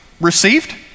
received